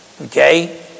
Okay